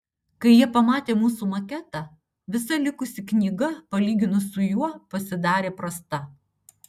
kai jie pamatė mūsų maketą visa likusi knyga palyginus su juo pasidarė prasta